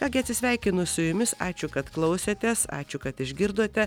ką gi atsisveikinu su jumis ačiū kad klausėtės ačiū kad išgirdote